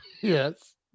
Yes